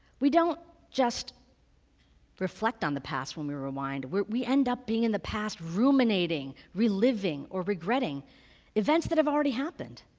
we don't just reflect on the past when we rewind, we end up being in the past ruminating, reliving or regretting events that have already happened.